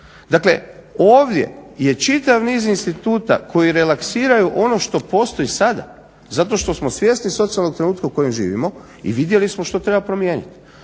Dakle ovdje je čitav niz instituta koji relaksiraju ono što postoji sada zato što smo svjesni socijalnog trenutka u kojem živimo i vidjeli smo što treba promijeniti.